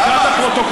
תקרא את הפרוטוקול,